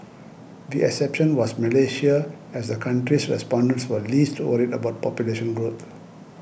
the exception was Malaysia as the country's respondents were least worried about population growth